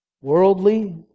worldly